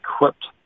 equipped